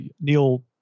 Neil